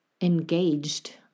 engaged